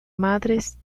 madres